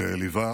וליווה